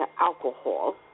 alcohol